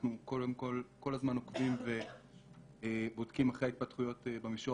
אנחנו כל הזמן עוקבים אחרי התפתחויות במישור